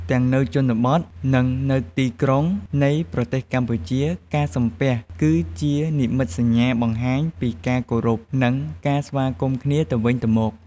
ទាំងនៅជនបទ និង នៅទីក្រុងនៃប្រទេសកម្ពុជា ការសំពះ គឹជានិមិត្តសញ្ញាបង្ហាញពីការគោរព និងការស្វាគមន៍គ្នាទៅវិញទៅមក។